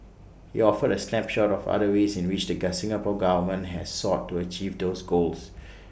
he offered A snapshot of other ways in which the get Singapore Government has sought to achieve those goals